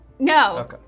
No